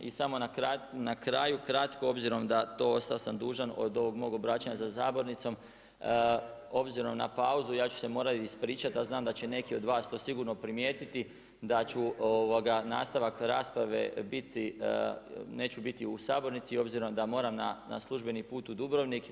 I samo na kraju kratko, obzirom da to ostao sam dužan od ovog mog obraćanja za sabornicom, obzirom na pauzu ja ću se morati ispričati a znam da će neki od vas to sigurno primijetiti da ću nastavak rasprave biti, neću biti u sabornici obzirom da moram na službeni put u Dubrovnik.